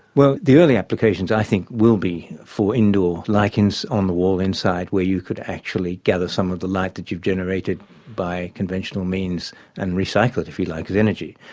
well, the early applications i think will be for indoor lighting like and on the wall inside where you could actually gather some of the light that you've generated by conventional means and recycle it, if you like, as energy.